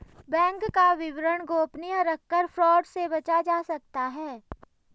bank का विवरण गोपनीय रखकर फ्रॉड से बचा जा सकता है